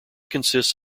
consists